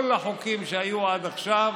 כל החוקים שהיו עד עכשיו,